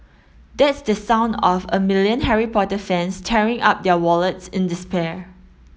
that's the sound of a million Harry Potter fans tearing up their wallets in despair